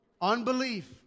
Unbelief